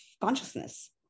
consciousness